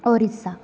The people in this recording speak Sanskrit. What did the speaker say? ओरिस्सा